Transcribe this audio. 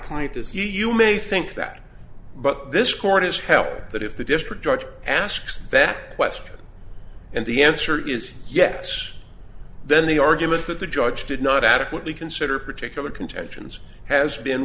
client is you you may think that but this court has helped that if the district judge asks that question and the answer is yes then the argument that the judge did not adequately consider particular contentions has been